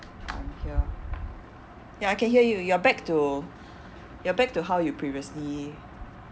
I am here ya I can hear you you are back to you are back to how you previously